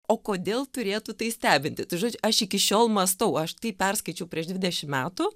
o kodėl turėtų tai stebinti tai žodžiu aš iki šiol mąstau aš tai perskaičiau prieš dvidešimt metų